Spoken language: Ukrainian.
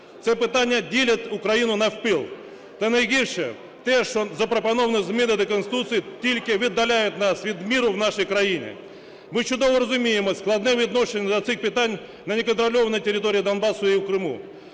Ці питання ділять Україну навпіл, та найгірше – те, що запропоновані зміни до Конституції тільки віддаляють нас від миру в нашій країні. Ми чудово розуміємо складне відношення до цих питань на неконтрольованій території Донбасу і в Криму.